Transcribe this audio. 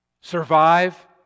survive